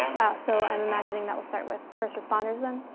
wow. so i'm imagining that we'll start with first responders then?